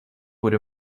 would